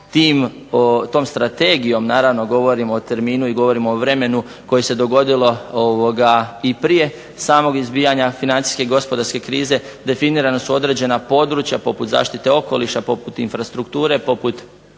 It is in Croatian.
Tom strategijom govorimo o terminu i vremenu koje se dogodilo prije samog izbijanja financijske gospodarske krize definirana su određena područja poput zaštite okoliša, infrastrukture, poput